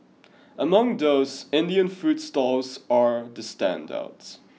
among those Indian food stalls are the standouts